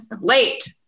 late